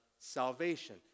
salvation